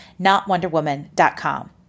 NotWonderWoman.com